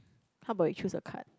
how about you choose a card